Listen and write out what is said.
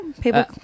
people